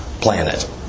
planet